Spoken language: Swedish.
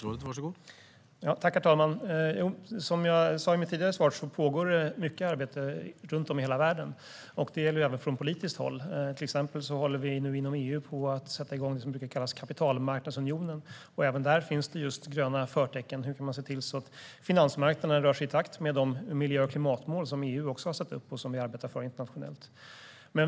Herr talman! Som jag sa i mitt tidigare svar pågår mycket arbete runt om i hela världen, och det gäller även från politiskt håll. Till exempel håller vi nu inom EU på att sätta igång det som brukar kallas kapitalmarknadsunionen. Även där finns det just gröna förtecken när det gäller hur man kan se till att finansmarknaden rör sig i takt med de miljö och klimatmål som EU har satt upp och som vi arbetar för internationellt.